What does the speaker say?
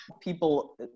people